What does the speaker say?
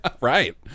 Right